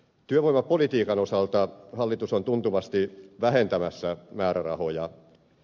työvoimapolitiikan osalta hallitus on tuntuvasti vähentämässä määrärahoja